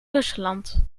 rusland